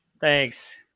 Thanks